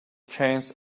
chance